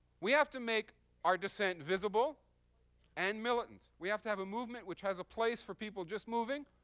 we have to make our dissent visible and militant. we have to have a movement which has a place for people just moving,